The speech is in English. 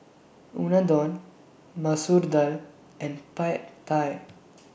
Unadon Masoor Dal and Pad Thai